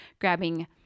grabbing